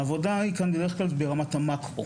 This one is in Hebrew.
העבודה היא בדרך כלל ברמת המאקרו,